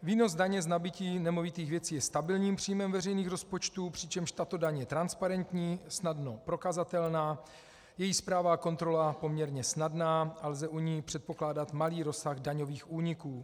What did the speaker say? Výnos daně z nabytí nemovitých věcí je stabilním příjmem veřejných rozpočtů, přičemž tato daň je transparentní, snadno prokazatelná, její správa a kontrola poměrně snadná a lze u ní předpokládat malý rozsah daňových úniků.